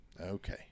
Okay